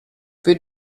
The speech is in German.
wir